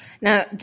Now